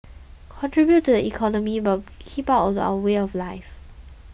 contribute to the economy but keep out of our way of life